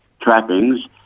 trappings